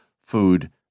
food